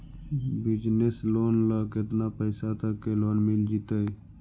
Business loan ल केतना पैसा तक के लोन मिल जितै?